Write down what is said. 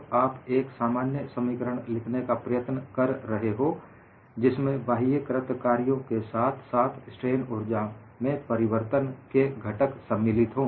जब आप एक सामान्य समीकरण लिखने का प्रयत्न कर रहे हो जिसमें बाह्य कृत कार्यों के साथ साथ स्ट्रेन ऊर्जा में परिवर्तन के घटक सम्मिलित हो